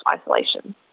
isolation